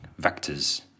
vectors